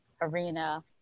arena